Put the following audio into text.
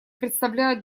представляют